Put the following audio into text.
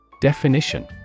Definition